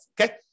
Okay